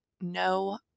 No